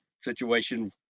situation